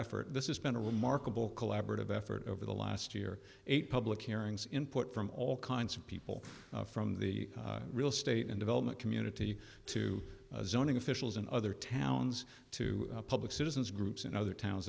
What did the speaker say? effort this is been a remarkable collaborative effort over the last year a public hearings input from all kinds of people from the real state and development community to zoning officials in other towns too public citizens groups in other towns